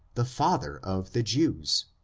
the father of the jews.